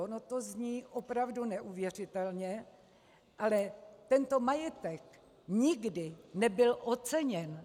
Ono to zní opravdu neuvěřitelně, ale tento majetek nikdy nebyl oceněn.